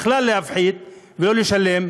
בכלל להפחית ולא לשלם,